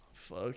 Fuck